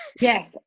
Yes